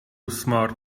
smart